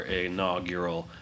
inaugural